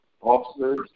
officers